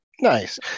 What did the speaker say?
Nice